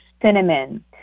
cinnamon